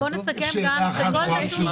בוא נסכם גם שכל נתון --- שאלה אחת נורא פשוטה,